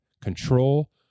control